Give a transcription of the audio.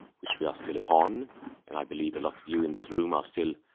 which we are still upon and i believe a lot of you in this room are still,